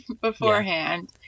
beforehand